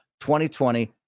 2020